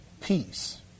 peace